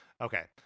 Okay